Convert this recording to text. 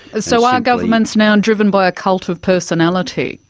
so are governments now driven by a cult of personality?